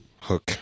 hook